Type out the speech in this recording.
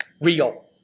real